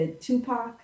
Tupac